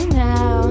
now